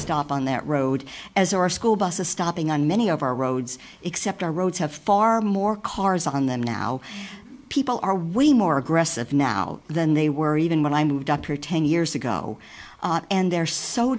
stop on that road as our school bus is stopping on many of our roads except our roads have far more cars on them now people are we more aggressive now than they were even when i moved up here ten years ago and they're so